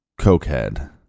cokehead